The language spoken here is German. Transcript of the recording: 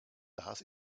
das